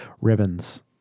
Ribbons